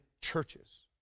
churches